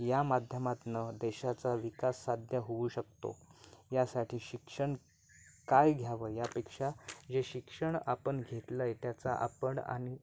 या माध्यमातून देशाचा विकास साध्य होऊ शकतो यासाठी शिक्षण काय घ्यावं यापेक्षा जे शिक्षण आपण घेतलं आहे त्याचा आपण आणि